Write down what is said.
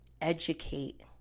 educate